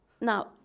now